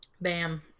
Bam